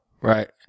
Right